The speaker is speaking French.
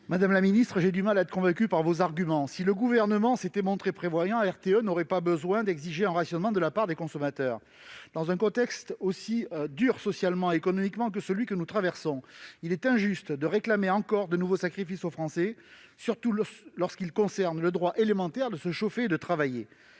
pour la réplique. J'ai du mal à être convaincu par vos arguments, madame la secrétaire d'État. Si le Gouvernement s'était montré prévoyant, RTE n'aurait pas besoin d'exiger un rationnement de la part des consommateurs. Dans un contexte aussi dur socialement et économiquement que celui que nous traversons, il est injuste de réclamer encore de nouveaux sacrifices aux Français, surtout lorsque ces sacrifices concernent les droits élémentaires à se chauffer et à travailler.